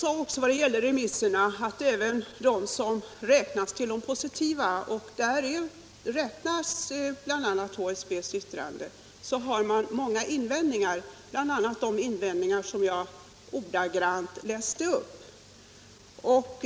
Jag sade, vad gäller remisserna, att även de som räknas till de positiva svaren — och dit räknas bl.a. HSB:s yttrande — innehåller många invändningar, bl.a. de invändningar jag ordagrant läste upp.